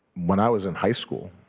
when i was in high school